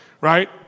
right